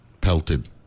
pelted